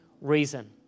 reason